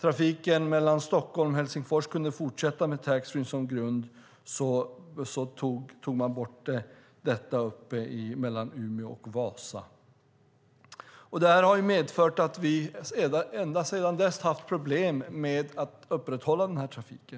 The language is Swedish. trafiken mellan Stockholm och Helsingfors kunde fortsätta med taxfreeförsäljningen som grund tog man bort denna möjlighet för färjetrafiken mellan Umeå och Vasa. Detta har medfört att vi ända sedan dess haft problem att upprätthålla denna trafik.